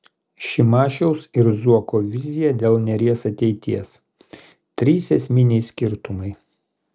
šimašiaus ir zuoko vizija dėl neries ateities trys esminiai skirtumai